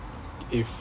if